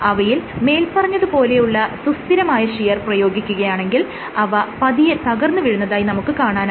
അവയിൽ മേല്പറഞ്ഞത് പോലെയുള്ള സുസ്ഥിരമായ ഷിയർ പ്രയോഗിക്കുകയാണെങ്കിൽ അവ പതിയെ തകർന്ന് വീഴുന്നതായി നമുക്ക് കാണാനാകും